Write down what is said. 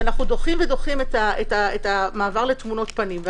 ואנחנו דוחים ודוחים את המעבר לתמונות פנים.